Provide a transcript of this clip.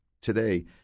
today